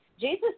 Jesus